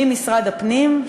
ממשרד הפנים,